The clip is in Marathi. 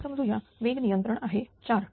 आता समजूया वेग नियंत्रण आहे 4